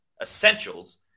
Essentials